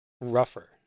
rougher